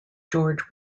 george